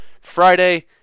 Friday